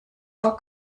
are